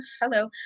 hello